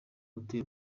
atuye